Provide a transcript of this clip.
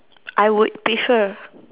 I would prefer